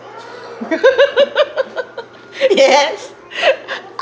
yes